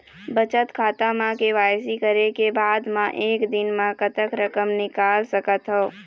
बचत खाता म के.वाई.सी करे के बाद म एक दिन म कतेक रकम निकाल सकत हव?